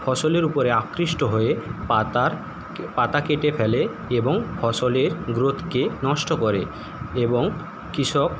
ফসলের উপরে আকৃষ্ট হয়ে পাতার পাতা কেটে ফেলে এবং ফসলের গ্রোথকে নষ্ট করে এবং কৃষক